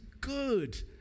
good